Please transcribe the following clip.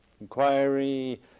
inquiry